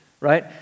right